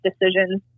decisions